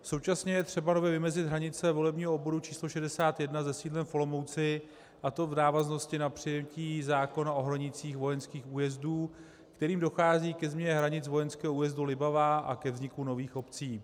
Současně je třeba nově vymezit hranice volebního obvodu číslo 61 se sídlem v Olomouci, a to v návaznosti na přijetí zákona o hranicích vojenských újezdů, kterým dochází ke změně hranic vojenského újezdu Libavá a ke vzniku nových obcí.